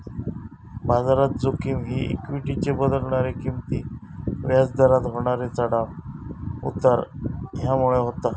बाजारात जोखिम ही इक्वीटीचे बदलणारे किंमती, व्याज दरात होणारे चढाव उतार ह्यामुळे होता